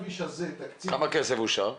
כמה כסף אושר?